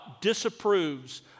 disapproves